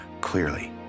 clearly